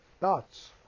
Thoughts